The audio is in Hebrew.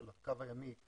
של הקו הימי,